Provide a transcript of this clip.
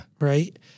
Right